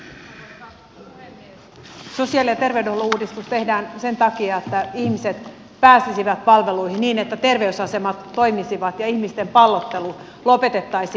sosiaali ja terveydenhuollon uudistus tehdään sen takia että ihmiset pääsisivät palveluihin niin että terveysasemat toimisivat ja ihmisten pallottelu lopetettaisiin